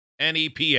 NEPA